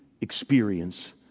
experience